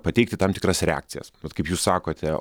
pateikti tam tikras reakcijas vat kaip jūs sakote